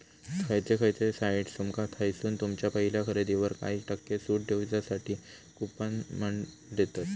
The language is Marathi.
खयचे खयचे साइट्स तुमका थयसून तुमच्या पहिल्या खरेदीवर काही टक्के सूट देऊसाठी कूपन पण देतत